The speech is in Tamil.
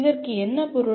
இதற்கு என்ன பொருள்